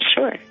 sure